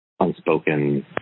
unspoken